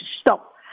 stop